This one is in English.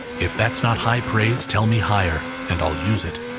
if that's not high praise, tell me higher, and i'll use it.